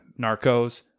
Narcos